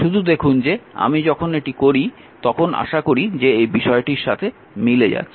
শুধু দেখুন যে আমি যখন এটি তৈরি করি তখন আশা করি যে এটি এই বিষয়টির সাথে মিলে যাচ্ছে